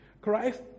Christ